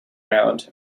round